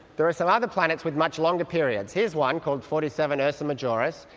there are some other planets with much longer periods. here's one called forty seven ursae majoris,